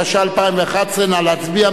התשע"א 2011. נא להצביע,